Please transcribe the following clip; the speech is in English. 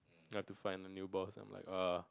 you have to find a new boss I'm like !ah!